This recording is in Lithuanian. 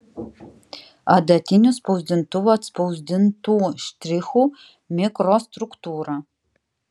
adatiniu spausdintuvu atspausdintų štrichų mikrostruktūra